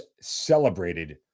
celebrated